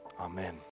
Amen